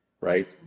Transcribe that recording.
right